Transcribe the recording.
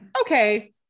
okay